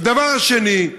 והדבר השני,